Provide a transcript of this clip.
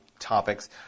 topics